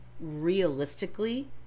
realistically